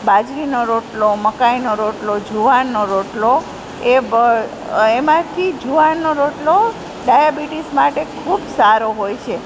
બાજરીનો રોટલો મકાઈનો રોટલો જુવારનો રોટલો એ એમાંથી જુવારનો રોટલો ડાયાબિટીસ માટે ખૂબ સારો હોય છે